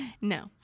No